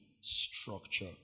structure